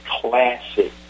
classic